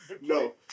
No